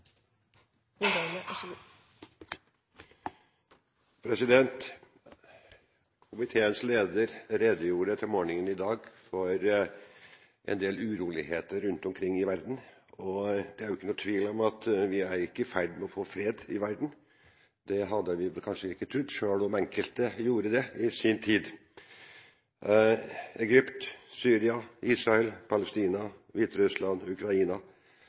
er ikke noen tvil om at vi ikke er i ferd med å få fred i verden. Det hadde vi kanskje ikke trodd, selv om enkelte gjorde det i sin tid. Egypt, Syria, Israel, Palestina, Hviterussland, Ukraina